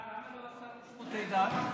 למה לא השר לשירותי דת?